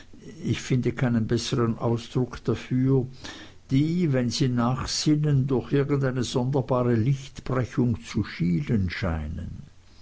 ich finde keinen bessern ausdruck dafür die wenn sie nachsinnen durch irgendeine sonderbare lichtbrechung zu schielen scheinen